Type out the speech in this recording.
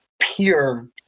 pure